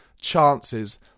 chances